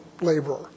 laborer